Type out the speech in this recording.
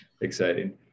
exciting